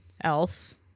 else